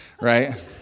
Right